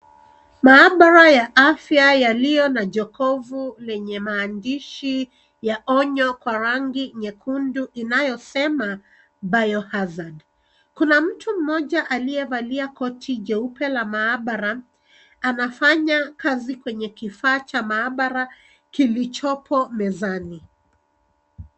Maabara ya afya yaliyo na jokofu lenye mandishi ya onyo kwa rangi nyekundu inayo sema Bio Hazard . Kuna mtu mmoja aliyevalia koti jeupe la maabara anafanya kazi kwenye kifaa cha maabara kilichopo mezani.